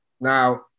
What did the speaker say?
Now